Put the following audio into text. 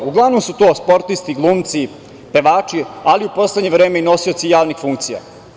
Uglavnom su to sportisti, glumci, pevači, ali u poslednje vreme i nosioci javnih funkcija.